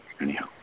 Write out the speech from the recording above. anyhow